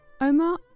Omar